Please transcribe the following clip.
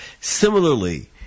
Similarly